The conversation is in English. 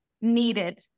needed